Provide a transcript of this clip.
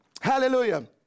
Hallelujah